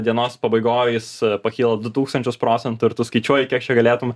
dienos pabaigoj jis pakyla du tūkstančius procentų ir tu skaičiuoji kiek čia galėtum